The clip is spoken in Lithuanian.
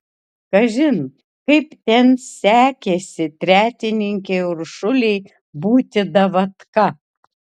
kažin kaip ten sekėsi tretininkei uršulei būti davatka